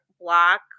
black